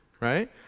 Right